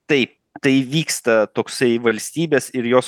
taip tai vyksta toksai valstybės ir jos